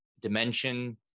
dimension